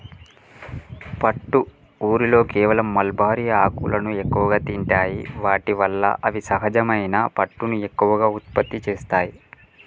పట్టు ఊరిలో కేవలం మల్బరీ ఆకులను ఎక్కువగా తింటాయి వాటి వల్ల అవి సహజమైన పట్టుని ఎక్కువగా ఉత్పత్తి చేస్తాయి